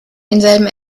denselben